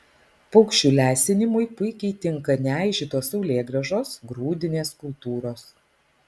paukščių lesinimui puikiai tinka neaižytos saulėgrąžos grūdinės kultūros